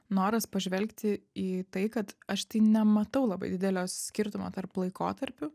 noras pažvelgti į tai kad aš nematau labai didelio skirtumo tarp laikotarpių